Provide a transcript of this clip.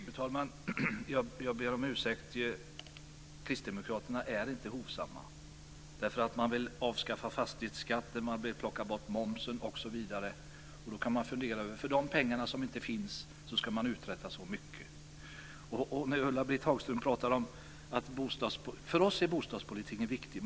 Fru talman! Jag ber om ursäkt, men kristdemokraterna är inte hovsamma. Man vill avskaffa fastighetsskatten, ta bort momsen osv. För de pengar som inte finns ska man uträtta så mycket. För oss är bostadspolitiken viktigt.